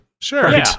Sure